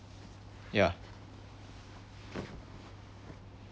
ya